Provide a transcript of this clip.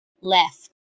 left